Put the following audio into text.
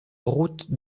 route